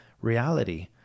reality